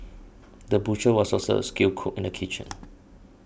the butcher was also a skilled cook in the kitchen